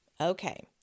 Okay